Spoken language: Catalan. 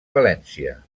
valència